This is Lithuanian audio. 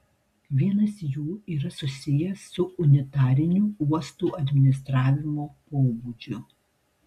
vienas jų yra susijęs su unitariniu uostų administravimo pobūdžiu